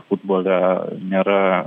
futbole nėra